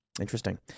Interesting